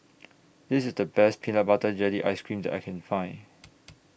This IS The Best Peanut Butter Jelly Ice Cream that I Can Find